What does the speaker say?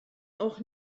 auch